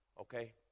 okay